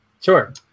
sure